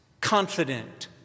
confident